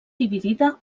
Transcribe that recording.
dividida